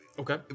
Okay